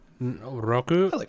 Roku